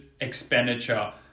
expenditure